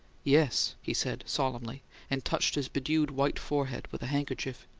yes, he said, solemnly and touched his bedewed white forehead with a handkerchief.